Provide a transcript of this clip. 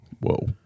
Whoa